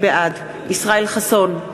בעד ישראל חסון,